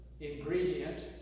ingredient